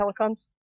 telecoms